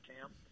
camp